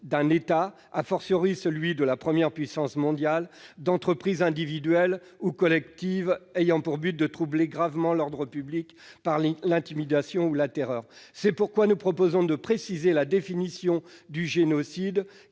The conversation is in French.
d'un État, celui de la première puissance mondiale, d'entreprise individuelle ou collective ayant pour but de troubler gravement l'ordre public par l'intimidation ou la terreur. C'est pourquoi nous proposons de préciser la définition du génocide